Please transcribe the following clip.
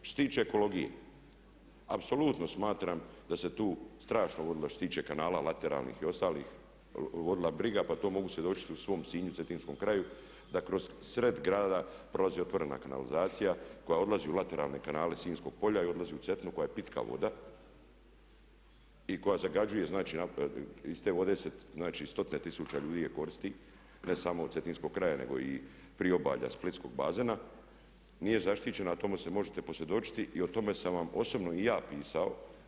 Što se tiče ekologije, apsolutno smatram da se tu strašno vodilo što se tiče kanala lateralnih i ostalih, vodila briga pa to mogu svjedočiti u svom Sinju, Cetinskom kraju, da kroz sred grada prolazi otvorena kanalizacija koja odlazi u lateralne kanale Sinjskog polja i odlazi u Cetinu koja je pitka voda i koja zagađuje, znači iz te vode se, znači stotine tisuća ljudi je koristi, ne samo od Cetinskog kraja nego i priobalja, splitskog bazena, nije zaštićena a o tome se možete posvjedočiti i o tome sam vam osobno i ja pisao.